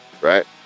Right